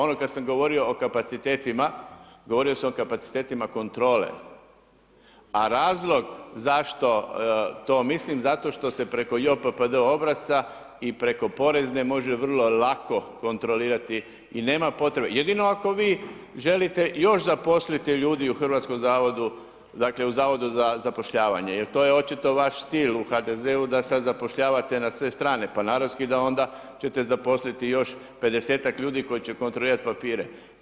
Ono kada sam govorio o kapacitetima, govorio sam vam o kapacitetima kontrole, a razlog zašto to mislim zato što se preko JPPD obrazac i preko Porezne može vrlo lako kontrolirati i nema potrebe, jedino ako vi želite još zaposliti ljude u Hrvatskom zavodu, dakle, u Zavodu za zapošljavanje, jer to je očito vaš stil u HDZ-u, da sada zapošljavate na sve strane, pa naravski da onda ćete zaposliti još 50-tak ljudi koji će kontrolirati papire.